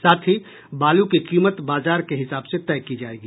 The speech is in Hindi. साथ ही बालू की कीमत बाजार के हिसाब से तय की जायेगी